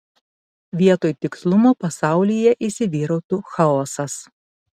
vietoj tikslumo pasaulyje įsivyrautų chaosas